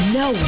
no